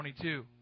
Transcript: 22